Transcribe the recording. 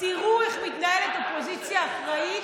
תראו איך מתנהלת אופוזיציה אחראית.